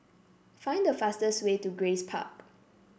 find the fastest way to Grace Park